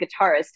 guitarist